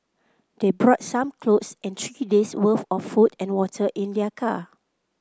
they brought some clothes and three days worth of food and water in their car